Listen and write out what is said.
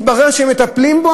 מתברר שהם מטפלים בו,